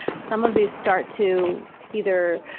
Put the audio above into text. some of these start to either